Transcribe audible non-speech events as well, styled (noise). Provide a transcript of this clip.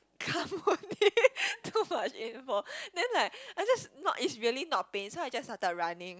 come only (laughs) too much info then like I just no it's really not pain so I started running